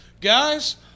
Guys